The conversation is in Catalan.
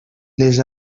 les